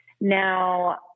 Now